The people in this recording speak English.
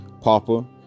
Papa